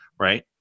Right